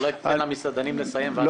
אולי תן למסעדנים לסיים.